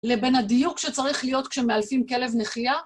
לבין הדיוק שצריך להיות כשמאלפים כלב נחיה